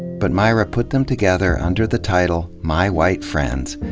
but myra put them together under the title my white friends,